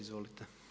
Izvolite.